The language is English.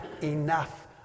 enough